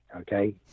Okay